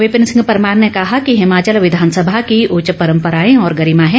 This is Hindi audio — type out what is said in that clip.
विपिन सिंह परमार ने कहा कि हिमाचल विधानसभा की उच्च परम्पराएं और गरिमा है